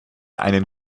einen